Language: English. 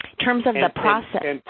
terms of the process.